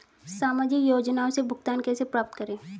सामाजिक योजनाओं से भुगतान कैसे प्राप्त करें?